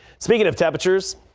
speaking of temperatures.